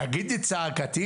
לצעוק את צעקתי.